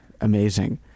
Amazing